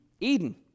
Eden